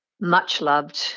much-loved